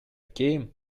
came